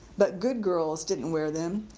but good girls didn't wear them.